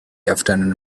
afternoon